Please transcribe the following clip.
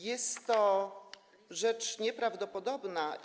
Jest to rzecz nieprawdopodobna.